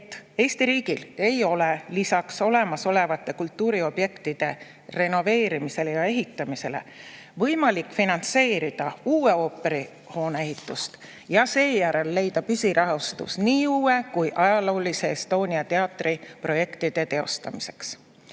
et Eesti riigil ei ole lisaks olemasolevate kultuuriobjektide renoveerimisele ja ehitamisele võimalik finantseerida uue ooperihoone ehitust ja seejärel leida püsirahastus nii uue kui ka ajaloolise Estonia teatri projekti teostamiseks.